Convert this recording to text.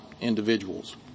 individuals